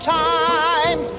time